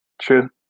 True